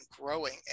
growing